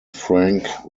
frank